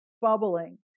bubbling